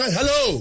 hello